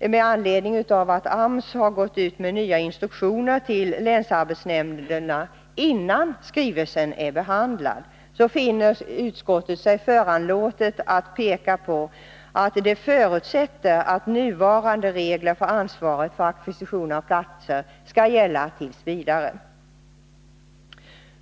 att med anledning av att AMS gått ut med nya instruktioner till länsarbetsnämnderna innan skrivelsen är behandlad finner utskottet sig föranlåtet att påpeka att det förutsätter att nuvarande regler för ansvaret för ackvisition av platser skall gälla t. v.